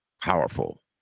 powerful